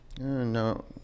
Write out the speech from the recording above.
No